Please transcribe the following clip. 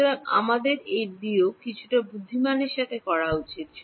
সুতরাং আমাদের এই বিয়োগটি কিছুটা বুদ্ধিমানের সাথে করা উচিত